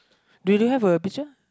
do you have a picture